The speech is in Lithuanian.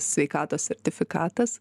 sveikatos sertifikatas